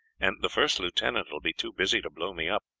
and the first lieutenant will be too busy to blow me up.